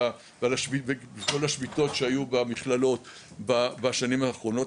וכל השביתות שהיו במכללות בשנים האחרונות,